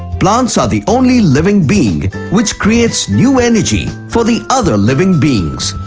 plants are the only living being which creates new energy for the other living beings.